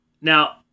Now